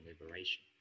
liberation